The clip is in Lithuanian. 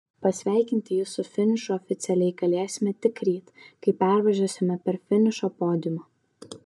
pasveikinti jus su finišu oficialiai galėsime tik ryt kai pervažiuosime per finišo podiumą